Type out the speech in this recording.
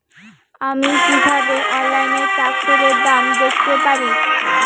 আমি কিভাবে অনলাইনে ট্রাক্টরের দাম দেখতে পারি?